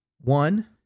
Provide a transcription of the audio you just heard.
One